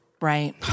right